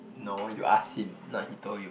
no you ask him not he told you